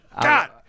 God